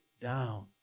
down